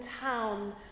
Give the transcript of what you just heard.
town